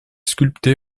sculpté